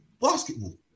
basketball